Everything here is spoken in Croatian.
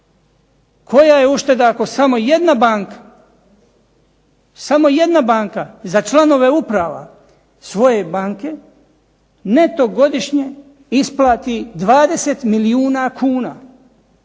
Koja je ušteda da samo jedna banka za članove uprava svoje banke neto godišnje isplati 20 milijuna kuna